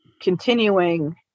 continuing